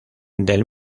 del